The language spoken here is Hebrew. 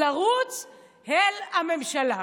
לרוץ אל הממשלה.